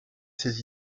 ses